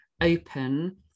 open